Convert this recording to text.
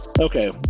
Okay